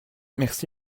merci